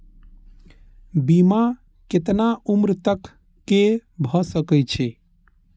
बीमा केतना उम्र तक के भे सके छै?